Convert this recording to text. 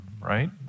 right